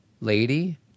lady